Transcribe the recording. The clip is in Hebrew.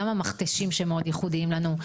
גם המכתשים, שמאוד ייחודיים לנו.